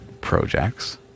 projects